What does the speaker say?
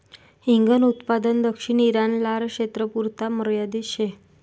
हिंगन उत्पादन दक्षिण ईरान, लारक्षेत्रपुरता मर्यादित शे